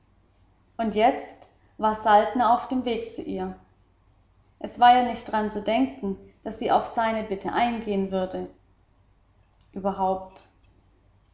und jetzt war saltner auf dem weg zu ihr es war ja nicht daran zu denken daß sie auf seine bitte eingehen würde überhaupt